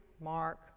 Mark